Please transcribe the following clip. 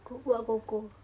coco what coco